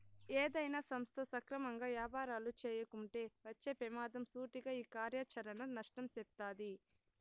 ఏదైనా సంస్థ సక్రమంగా యాపారాలు చేయకుంటే వచ్చే పెమాదం సూటిగా ఈ కార్యాచరణ నష్టం సెప్తాది